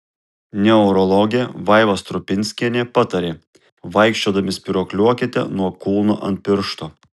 neurologė vaiva strupinskienė patarė vaikščiodami spyruokliuokite nuo kulno ant piršto